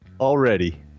Already